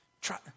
try